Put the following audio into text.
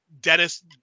Dennis